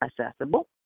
accessible